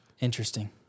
interesting